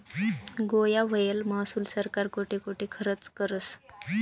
गोया व्हयेल महसूल सरकार कोठे कोठे खरचं करस?